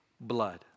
blood